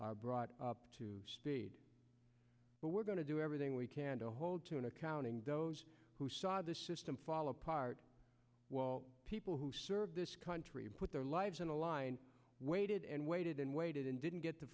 are brought up to speed but we're going to do everything we can to hold to an accounting those who saw the system fall apart people who served this country put their lives on the line waited and waited and waited and didn't get the